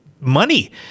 money